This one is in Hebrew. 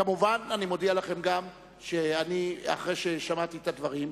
כמובן, אני מודיע לכם שאחרי ששמעתי את הדברים,